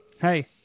Hey